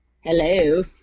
Hello